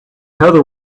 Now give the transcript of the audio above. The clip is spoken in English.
heather